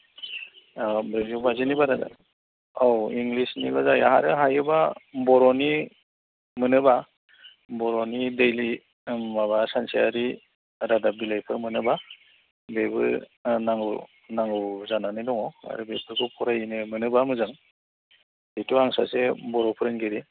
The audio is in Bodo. नैजौ बाजिनि बारा औ इंलिसनिबो जायो आरो हायोब्ला बर'नि मोनोब्ला बर'नि दैलि माबा सानसेयारि रादाब बिलाइखौ मोनोब्ला बेबो नांगौ नांगौ जानानै दङ आरो बेफोरखौ फरायनो मोनोब्ला मोजां जिहेथु आं सासे बर' फोरोंगिरि